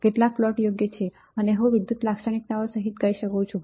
કેટલાક પ્લોટ યોગ્ય છે અને હું વિદ્યુત લાક્ષણિકતાઓ સહિત કહી શકું છું